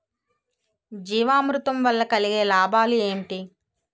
జీవామృతం వల్ల కలిగే లాభాలు ఏంటి?